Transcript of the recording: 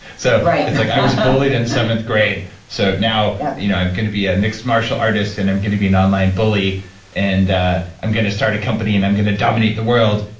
so it's like, i was bullied in seventh grade so now you know i'm going to be a mixed martial artist and i'm going to be an online bully and ah i'm going to start a company and i'm going to dominate the world.